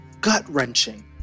gut-wrenching